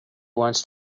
wants